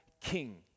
king